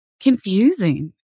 confusing